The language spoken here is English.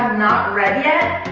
not read yet,